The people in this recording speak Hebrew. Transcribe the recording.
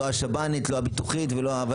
לא השב"נית,